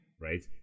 right